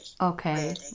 okay